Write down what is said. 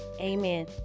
amen